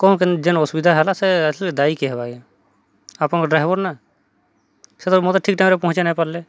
କଣ କେନ୍ ଯେନ୍ ଅସୁବଧା ହେଲା ସେ ଆକ୍ଚୁଲି ଦାୟୀ କେ ହେବା ଆଜ୍ଞା ଆପଣଙ୍କ ଡ୍ରାଇଭର ନା ସେ ତ ମୋତେ ଠିକ ଟାଇମ୍ରେ ପହଞ୍ଚେଇ ନାଇ ପାରିଲେ